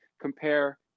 compare